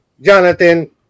Jonathan